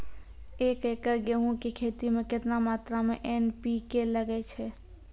एक एकरऽ गेहूँ के खेती मे केतना मात्रा मे एन.पी.के लगे छै?